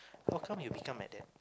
how come you become like that